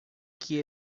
que